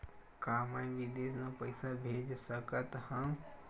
का मैं विदेश म पईसा भेज सकत हव?